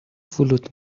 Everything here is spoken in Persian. فلوت